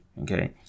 okay